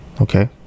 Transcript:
okay